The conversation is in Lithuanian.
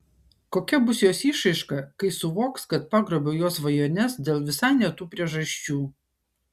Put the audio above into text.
kokia bus jos išraiška kai suvoks kad pagrobiau jos svajones dėl visai ne tų priežasčių